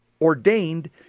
ordained